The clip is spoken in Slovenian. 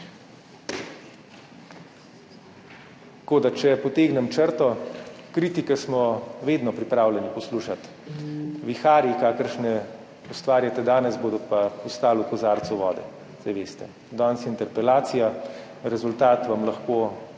zmedo. Če potegnem črto, kritike smo vedno pripravljeni poslušati, viharji, kakršne ustvarjate danes, bodo pa ostali v kozarcu vode. Saj veste, danes interpelacija, rezultat vam lahko